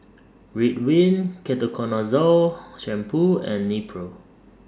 Ridwind Ketoconazole Shampoo and Nepro